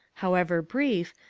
however brief,